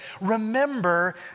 Remember